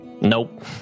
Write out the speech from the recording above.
Nope